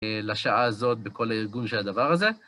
לשעה הזאת בכל הארגון של הדבר הזה.